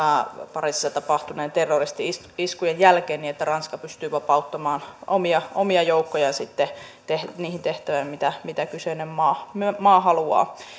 pariisissa tapahtuneiden terroristi iskujen iskujen jälkeen niin että ranska pystyy vapauttamaan omia omia joukkoja niihin tehtäviin mitä mitä kyseinen maa haluaa